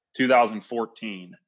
2014